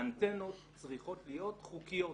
האנטנות צריכות להיות חוקיות,